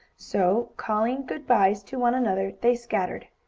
so, calling good-byes to one another, they scattered.